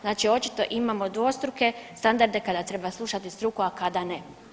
Znači očito imamo dvostruke standarde kada treba slušati struku, a kada ne.